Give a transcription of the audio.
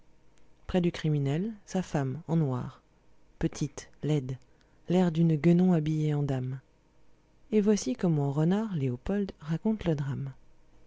près du criminel sa femme en noir petite laide l'air d'une guenon habillée en dame et voici comment renard léopold raconte le drame